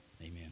amen